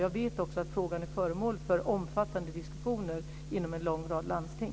Jag vet också att frågan är föremål för omfattande diskussioner inom en lång rad landsting.